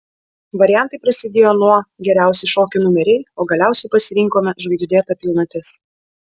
variantai prasidėjo nuo geriausi šokių numeriai o galiausiai pasirinkome žvaigždėta pilnatis